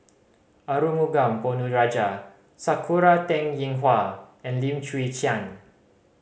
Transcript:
Arumugam Ponnu Rajah Sakura Teng Ying Hua and Lim Chwee Chian